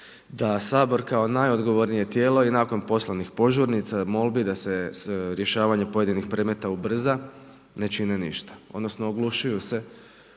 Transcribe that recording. da Sabor kao najodgovornije tijelo i nakon poslanih požurnica, molbi da se rješavanje pojedinih predmeta ubrza ne čini ništa, odnosno oglušuju se